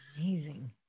Amazing